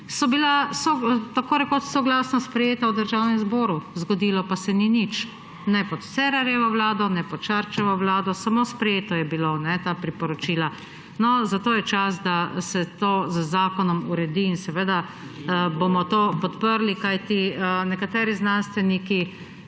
so bila tako rekoč soglasno sprejeta v Državnem zboru. Zgodilo pa se ni nič. Ne pod Cerarjevo vlado ne pod Šarčevo vlado. Samo sprejeta so bila ta priporočila. No, zato je čas, da se to z zakonom uredi. Seveda bomo to podprli, kajti nekateri znanstveniki